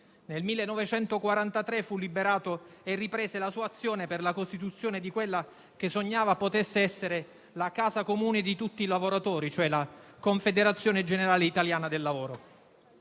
Nel 1943 fu liberato e riprese la sua azione per la costituzione di quella che sognava potesse essere la casa comune di tutti i lavoratori, e cioè la Confederazione generale italiana del lavoro.